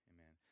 Amen